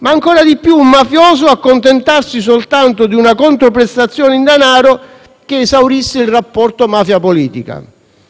ma ancora di più un mafioso accontentarsi soltanto di una controprestazione in denaro che esaurisse il rapporto mafia-politica.